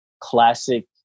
classic